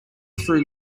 through